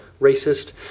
racist